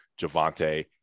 Javante